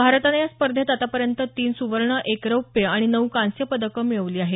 भारतानं या स्पर्धेत आतापर्यंत तीन सुवर्ण एक रौप्य आणि नऊ कांस्य पदकं मिळवली आहेत